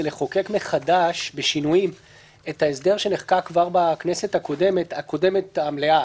זה לחוקק מחדש בשינויים את ההסדר שנחקק כבר בכנסת הקודמת המלאה,